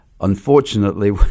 Unfortunately